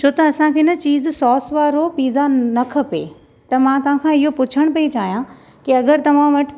छो त असांखे न चीज़ सॉस वारो पिज़्ज़ा न खपे त मां तव्हां खां इहो पुछणु पई चाहियां की अगरि तव्हां वटि